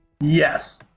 yes